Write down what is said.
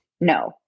No